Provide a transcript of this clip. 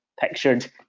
pictured